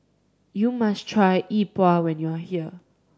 you must try E Bua when you are here